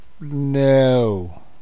No